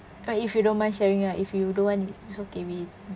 oh if you don't mind sharing ah if you don't want it's okay we